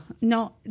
No